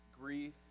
grief